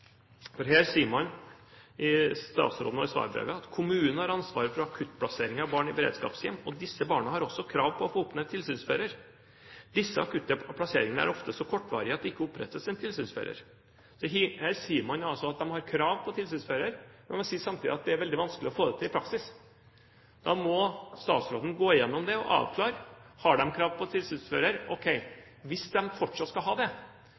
for her sier statsråden i svarbrevet: «Kommunen har også ansvaret for akuttplasseringer av barn i beredskapshjem og disse barna har også krav på å få oppnevnt tilsynsfører. Disse akutte plasseringene er ofte så kortvarige at det ikke opprettes en tilsynsfører.» Her sier man altså at de har krav på tilsynsfører, men man sier samtidig at det er veldig vanskelig å få det til i praksis. Da må statsråden gå gjennom det og avklare: Har de krav på tilsynsfører? Ok, hvis de fortsatt skal ha det,